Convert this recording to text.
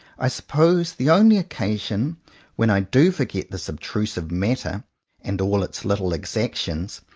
i sup pose the only occasions when i do forget this obtrusive matter and all its little exac tions,